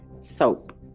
soap